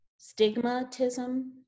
Stigmatism